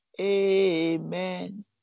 amen